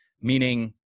meaning